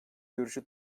görüşü